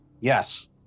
Yes